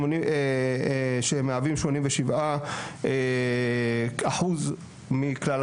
מהווים 87% מכלל הכלבים,